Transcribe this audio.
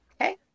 okay